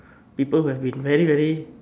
people who have been very very